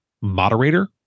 moderator